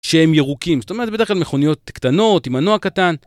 שהם ירוקים, זאת אומרת בדרך כלל מכוניות קטנות, עם מנוע קטן.